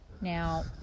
Now